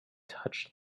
touched